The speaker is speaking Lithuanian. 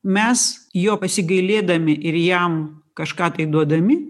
mes jo pasigailėdami ir jam kažką tai duodami